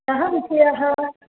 कः विषयः